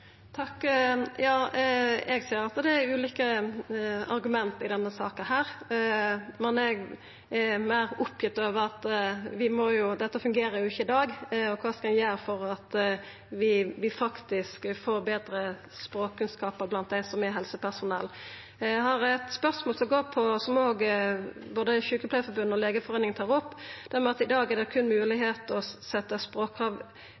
Ja, eg ser at det er ulike argument i denne saka, men eg er meir oppgitt over at dette fungerer jo ikkje i dag, og kva skal ein gjera for at vi faktisk får betre språkkunnskapar blant dei som er helsepersonell? Eg har eit spørsmål som òg både Sykepleierforbundet og Legeforeningen tar opp, som går på at det i dag er moglegheit til å setja språkkrav